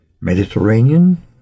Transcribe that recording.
Mediterranean